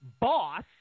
boss